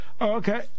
okay